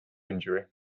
injury